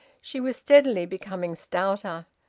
she was steadily becoming stouter,